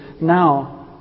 Now